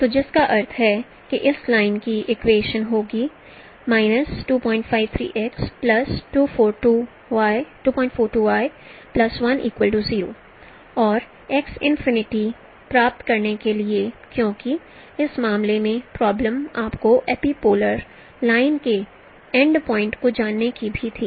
तो जिसका अर्थ है कि इस लाइन की इक्वेशन होगी 253x 242y 1 0 और x इनफिनिटी प्राप्त करने के लिए क्योंकि इस मामले में प्रॉब्लम आपको एपीपोलर लाइन के एंड पॉइंट्स को जानने की भी थी